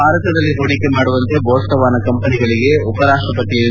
ಭಾರತದಲ್ಲಿ ಹೂಡಿಕೆ ಮಾಡುವಂತೆ ಬೋಟ್ಸವಾನಾ ಕಂಪನಿಗಳಿಗೆ ಉಪರಾಷ್ಷಪತಿ ಎಂ